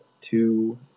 two